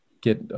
get